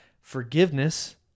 Forgiveness